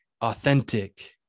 authentic